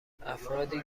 افرادی